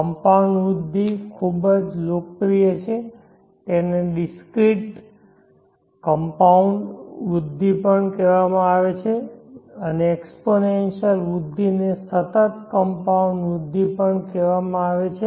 compound વૃદ્ધિ ખૂબ જ લોકપ્રિય છે તેને ડિક્રીટ કંપાઉન્ડ વૃદ્ધિ પણ કહેવામાં આવે છે અને એક્સપોનેન્શીઅલ વૃદ્ધિને સતત કંપાઉન્ડ વૃદ્ધિ કહેવામાં આવે છે